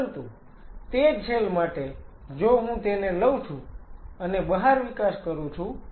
પરંતુ તે જ સેલ માટે જો હું તેને લઉં છું અને બહાર વિકાસ કરું છું